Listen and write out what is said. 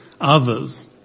others